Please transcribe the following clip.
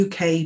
UK